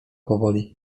powoli